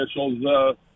officials